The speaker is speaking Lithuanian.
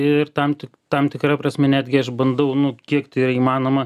ir tam tik tam tikra prasme netgi aš bandau nu kiek tai yra įmanoma